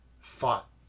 fought